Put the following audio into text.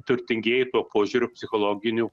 turtingieji tuo požiūriu psichologiniu